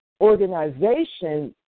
organization